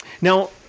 Now